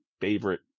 favorite